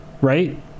right